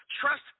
Trust